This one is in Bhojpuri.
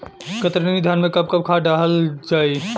कतरनी धान में कब कब खाद दहल जाई?